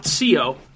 .co